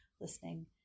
listening